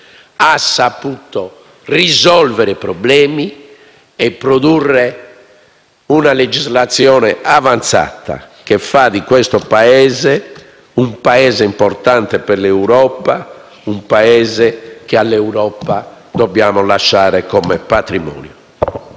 schieramenti, risolvere problemi e produrre una legislazione avanzata, che fa dell'Italia un Paese importante per l'Europa, un Paese che all'Europa dobbiamo lasciare come patrimonio.